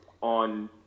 on